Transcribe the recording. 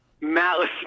Malice